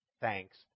thanks